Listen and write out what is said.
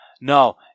No